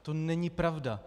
To není pravda.